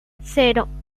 cero